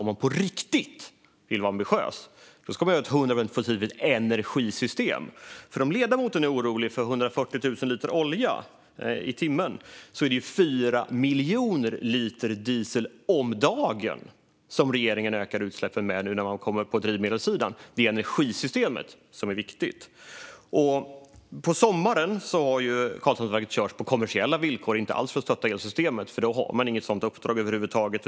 Om man på riktigt vill vara ambitiös ska man göra ett 100 procent fossilfritt energisystem. Ledamoten är orolig för 140 000 liter olja i timmen. Det är 4 miljoner liter diesel om dagen som regeringen ökar utsläppen med på drivmedelssidan. Det är energisystemet som är viktigt. På sommaren har Karlshamnsverket körts på kommersiella villkor, inte alls för att stötta elsystemet, för man har inget sådant uppdrag över huvud taget.